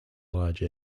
large